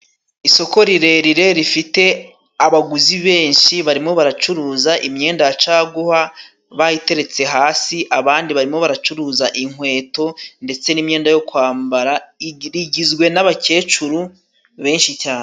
Isoko rirerire rifite abaguzi benshi barimo baracuruza imyenda ya caguwa bayiteretse hasi , abandi barimo baracuruza inkweto ndetse n'imyenda yo kwambara , rigizwe n'abakecuru benshi cyane.